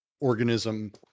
organism